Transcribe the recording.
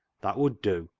that would do.